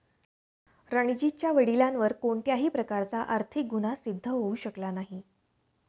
रणजीतच्या वडिलांवर कोणत्याही प्रकारचा आर्थिक गुन्हा सिद्ध होऊ शकला नाही